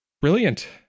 brilliant